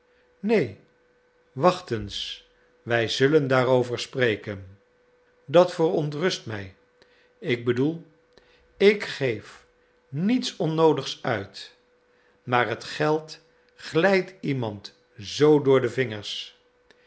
neen wacht eens wij zullen daarover spreken dat verontrust mij ik bedoel ik geef niets onnoodigs uit maar het geld glijdt iemand zoo door de vingers